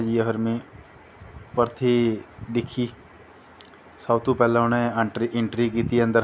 ते उत्थें जाईयै फ्ही में भर्थी दिक्खी सब तो पैह्लैं उनैं इंट्री कीती